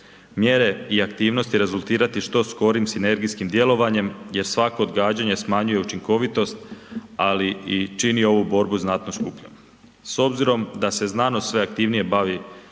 mjere i aktivnosti rezultirati što skorim sinergijskim djelovanjem jer svako odgađanje smanjuje učinkovitost, ali i čini ovu borbu znatno skupljom. S obzirom da se znanost sve aktivnije bavi